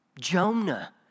Jonah